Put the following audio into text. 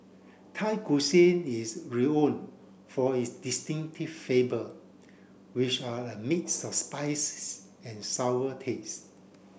Thai Cuisine is for its distinctive flavor which are a mix of spices and sour taste